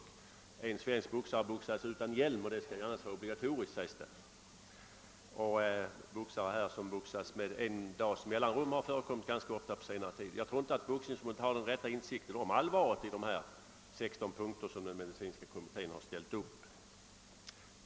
En annan svensk boxare boxades utan hjälm, och sådan skall egentligen vara obligatorisk, sägs det. Det har också förekommit ganska ofta på senare tid att en boxare har boxats med en dags mellanrum. Jag tror inte att Svenska boxningsförbundet har den rätta insikten om allvaret i de 16 punkter som den medicinska kommittén har ställt upp.